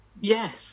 yes